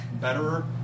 betterer